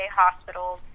hospitals